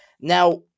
Now